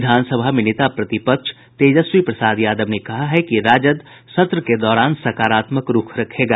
विधानसभा में नेता प्रतिपक्ष तेजस्वी प्रसाद यादव ने कहा है कि राजद सत्र के दौरान सकारात्मक रूख रखेगा